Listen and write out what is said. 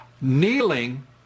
kneeling